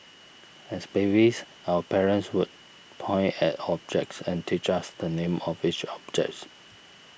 as babies our parents would point at objects and teach us the names of each objects